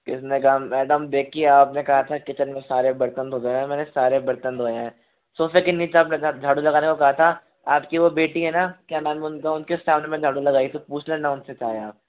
किसने कहा मैडम देखिये आपने कहा था किचन में सारे बर्तन धो देना मैंने सारे बर्तन धोए हैं सोफे के नीचे आप ने झाड़ू लगाने को कहा था आपकी वो बेटी है ना क्या नाम है उनका उनके सामने झाड़ू लगाई थी पूछ लेना उनसे चाहे आप